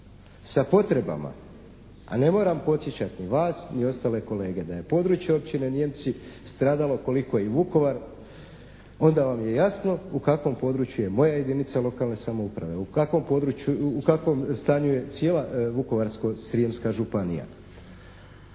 sa potrebama a ne moram podsjećati ni vas ni ostale kolege da je područje općine Nijemci stradalo koliko i Vukovar onda vam je jasno u kakvom području je moja jedinica lokalne samouprave. U kakvom stanju je cijela Vukovarsko-srijemska županija.